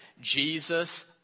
Jesus